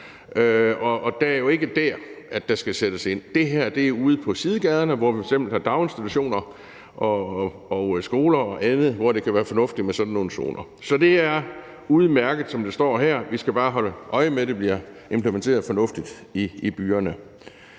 Og det er jo ikke dér, der skal sættes ind. Det her er ude på sidegaderne, hvor vi f.eks. har daginstitutioner og skoler og andet, hvor det kan være fornuftigt med sådan nogle zoner. Så det er udmærket, som det står her. Vi skal bare holde øje med, at det bliver implementeret fornuftigt i byerne.